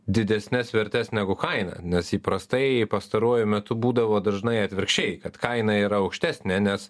didesnes vertes negu kaina nes įprastai pastaruoju metu būdavo dažnai atvirkščiai kad kaina yra aukštesnė nes